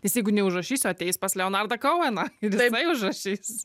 nes jeigu neužrašysiu ateis pas leonardą kouveną ir jisai užrašys